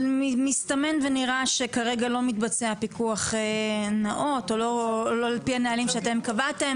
אבל מסתמן ונראה שכרגע לא מתבצע פיקוח נאות או לא לפי הנהלים שקבעתם.